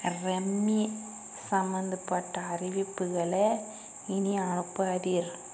rummy சம்பந்தப்பட்ட அறிவிப்புகளை இனி அனுப்பாதீர்